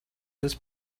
this